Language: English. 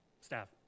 staff